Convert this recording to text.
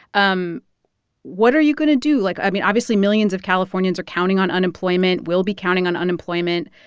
um what are you going to do? like i mean, obviously, millions of californians are counting on unemployment, will be counting on unemployment.